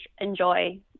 enjoy